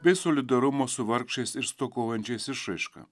bei solidarumo su vargšais ir stokojančiais išraiška